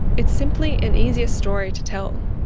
it's simply an easier story to tell.